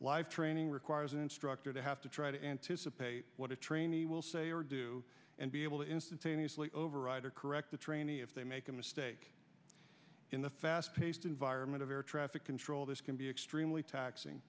live training requires an instructor to have to try to anticipate what a trainee will say or do and be able to instantaneously override or correct the trainee if they make a mistake in the fast paced environment of air traffic control this can be extremely taxing